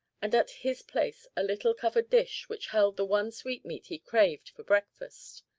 and at his place a little covered dish which held the one sweetmeat he craved for breakfast.